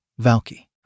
Valky